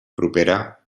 propera